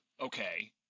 Okay